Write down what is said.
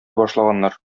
башлаганнар